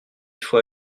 faut